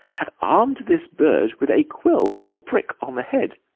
hath armed this bird with a quill or prick on the head,